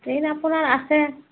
train আপোনাৰ আছে